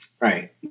Right